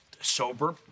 sober